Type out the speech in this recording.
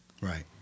Right